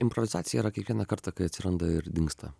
improvizacija yra kiekvieną kartą kai atsiranda ir dingsta